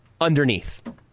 underneath